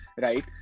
Right